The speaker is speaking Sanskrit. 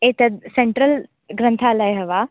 एतद् सेन्ट्रल् ग्रन्थालयः वा